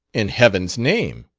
in heaven's name,